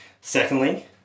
Secondly